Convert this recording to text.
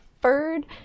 furred